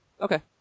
Okay